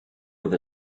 with